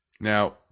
Now